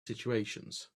situations